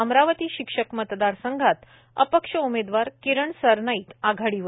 अमरावती शिक्षक मतदारसंघात अपक्ष उमेदवार किरण सरनाईक आघाडीवर